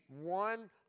one